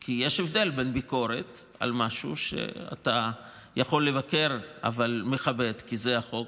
כי יש הבדל בין ביקורת על משהו שאתה יכול לבקר אבל מכבד כי זה החוק,